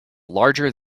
larger